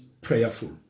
prayerful